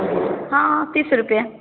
हाँ तीस रुपए